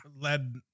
led